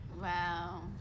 wow